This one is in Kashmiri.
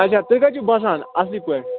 اچھا تُہۍ کَتہِ چھِو باسان اَصٕلی پٲٹھۍ